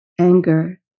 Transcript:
anger